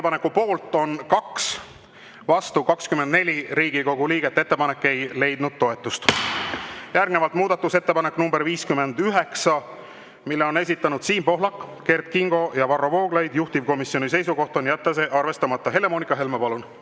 Ettepaneku poolt on 2, vastu 27 Riigikogu liiget. Ettepanek ei leidnud toetust. Järgnevalt 58. muudatusettepanek, mille on esitanud Siim Pohlak, Kert Kingo ja Varro Vooglaid. Juhtivkomisjoni seisukoht on jätta see arvestamata. Helle‑Moonika Helme, palun!